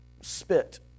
spit